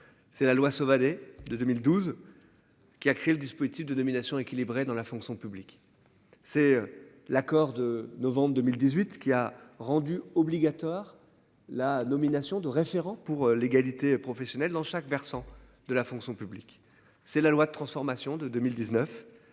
C'est la loi Sauvadet de 2012. Qui a crée le dispositif de domination équilibrée dans la fonction publique, c'est l'accord de novembre 2018 qui a rendu obligatoire la nomination de référent pour l'égalité professionnelle dans chaque versant de la fonction publique, c'est la loi de transformation de 2019